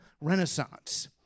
Renaissance